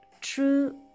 true